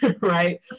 Right